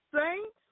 Saints